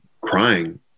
crying